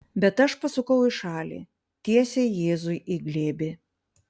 bet aš pasukau į šalį tiesiai jėzui į glėbį